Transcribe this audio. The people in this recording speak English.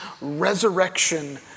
resurrection